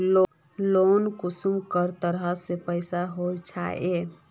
Loan कुंसम करे तरह से पास होचए?